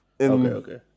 okay